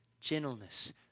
gentleness